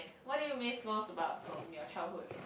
what do you miss most about from your childhood